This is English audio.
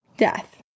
Death